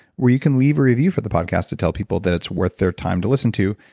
where you can leave a review for the podcast to tell people that it's worth their time to listen to.